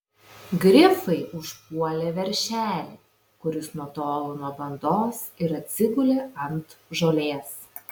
grifai užpuolė veršelį kuris nutolo nuo bandos ir atsigulė ant žolės